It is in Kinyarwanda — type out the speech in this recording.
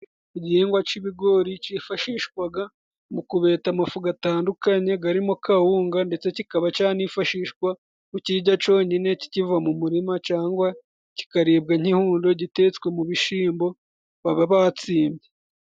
Igihingwa c'ibigori cifashishwaga mu kubeta amafu gatandukanye garimo kawunga, ndetse kikaba canifashishwa kukijya conyine kikiva mu murima cangwa kikaribwa nk'ihundo gitetswe mu bishimbo baba batsimbye.